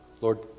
Lord